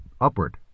upward